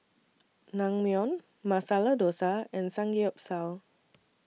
Naengmyeon Masala Dosa and Samgyeopsal